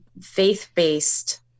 faith-based